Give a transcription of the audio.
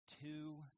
two